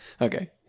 Okay